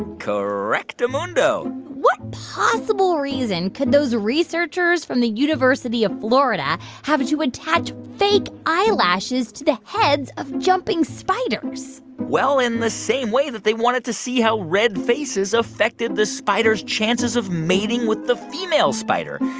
correctamundo what possible reason could those researchers from the university of florida have to attach fake eyelashes to the heads of jumping spiders? well, in the same way that they wanted to see how red faces affected the spider's chances of mating with the female spider.